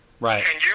Right